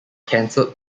cancelled